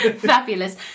fabulous